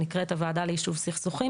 שנקראת הוועדה ליישוב סכסוכים.